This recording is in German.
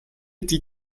die